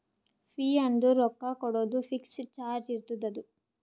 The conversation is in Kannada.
ಫೀ ಅಂದುರ್ ರೊಕ್ಕಾ ಕೊಡೋದು ಫಿಕ್ಸ್ ಚಾರ್ಜ್ ಇರ್ತುದ್ ಅದು